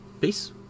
Peace